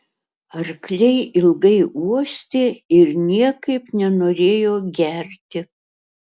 arkliai ilgai uostė ir niekaip nenorėjo gerti